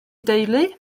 deulu